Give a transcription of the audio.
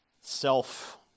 self